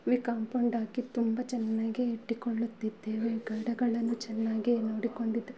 compound ಹಾಕಿ ತುಂಬ ಚೆನ್ನಾಗಿ ಇಟ್ಟುಕೊಳ್ಳುತ್ತಿದ್ದೇವೆ ಗಿಡಗಳನ್ನು ಚೆನ್ನಾಗಿ ನೋಡಿಕೊಂಡಿದ್ದೆ